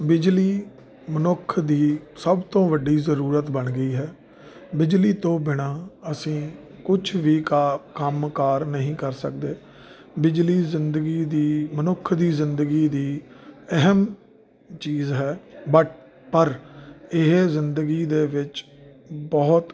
ਬਿਜਲੀ ਮਨੁੱਖ ਦੀ ਸਭ ਤੋਂ ਵੱਡੀ ਜ਼ਰੂਰਤ ਬਣ ਗਈ ਹੈ ਬਿਜਲੀ ਤੋਂ ਬਿਨਾਂ ਅਸੀਂ ਕੁਝ ਵੀ ਕੰਮਕਾਰ ਨਹੀਂ ਕਰ ਸਕਦੇ ਬਿਜਲੀ ਜ਼ਿੰਦਗੀ ਦੀ ਮਨੁੱਖ ਦੀ ਜ਼ਿੰਦਗੀ ਦੀ ਅਹਿਮ ਚੀਜ਼ ਹੈ ਬਟ ਪਰ ਇਹ ਜ਼ਿੰਦਗੀ ਦੇ ਵਿੱਚ ਬਹੁਤ